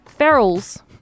ferals